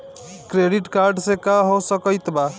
Credit card से का हो सकइत बा?